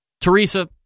Teresa